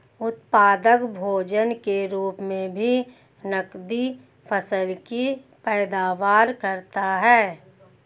उत्पादक भोजन के रूप मे भी नकदी फसल की पैदावार करता है